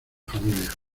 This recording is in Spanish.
familia